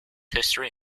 history